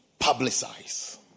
publicize